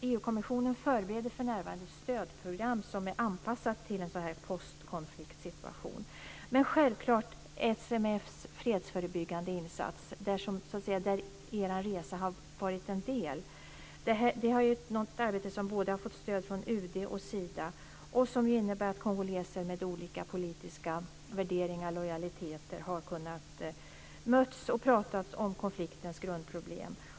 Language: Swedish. EU kommissionen förbereder för närvarande ett stödprogram som är anpassat till en postkonfliktsituation. Men självklart spelar också SMF:s fredsförebyggande insats en roll. Er resa har varit en del av detta. Detta är ett arbete som har fått stöd från både UD och Sida, och det innebär att kongoleser med olika politiska värderingar och lojaliteter har kunnat mötas och prata om konfliktens grundproblem.